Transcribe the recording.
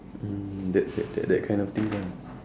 mm that that that kind of things ah